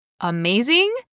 amazing